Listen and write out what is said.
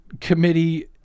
Committee